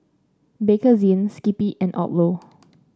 Bakerzin Skippy and Odlo